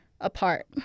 apart